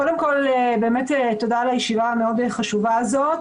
קודם כול, תודה על הישיבה החשובה הזאת.